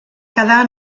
quedar